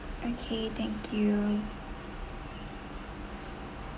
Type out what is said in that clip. okay thank you